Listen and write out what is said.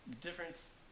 Difference